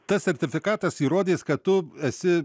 tas sertifikatas įrodys kad tu esi